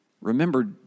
Remember